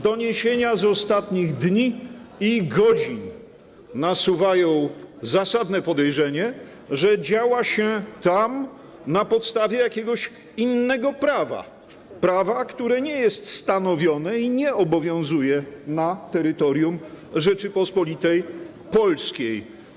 Doniesienia z ostatnich dni i godzin nasuwają zasadne podejrzenie, że działa się tam na podstawie jakiegoś innego prawa, prawa, które nie jest stanowione ani nie obowiązuje na terytorium Rzeczypospolitej Polskiej.